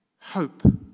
hope